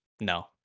No